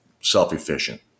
self-efficient